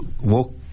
walk